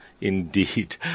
indeed